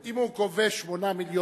אם הוא גובה 8 מיליון,